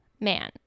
Man